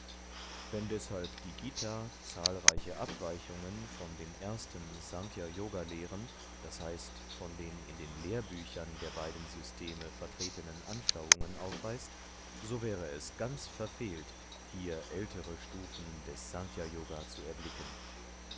wenn deshalb die gt zahlreiche abweichungen von den ersten snkhya yoga lehren d h von den in den lehrbüchern der beiden systeme vertretenen anschauungen aufweist so wäre es ganz verfehlt hier ältere stufen des snkhya yoga zu erblicken